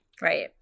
Right